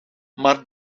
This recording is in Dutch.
maar